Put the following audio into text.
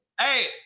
Hey